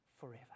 forever